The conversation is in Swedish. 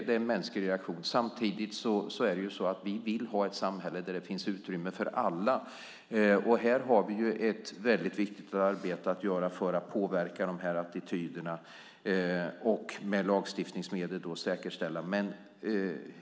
Det är en mänsklig reaktion. Samtidigt vill vi ha ett samhälle där det finns utrymme för alla. Här har vi ett mycket viktigt arbete att göra för att påverka de här attityderna och med lagstiftningsmedel säkerställa detta.